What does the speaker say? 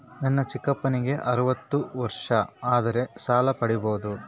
ನನ್ನ ಚಿಕ್ಕಪ್ಪನಿಗೆ ಅರವತ್ತು ವರ್ಷ ಆದರೆ ಸಾಲ ಪಡಿಬೋದ?